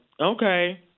okay